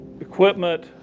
equipment